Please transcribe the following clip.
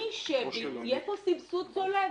יהיה פה סבסוד צולב.